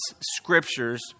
scriptures